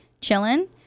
chillin